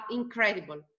incredible